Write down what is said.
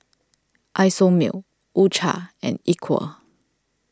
Isomil U Cha and Equal